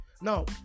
now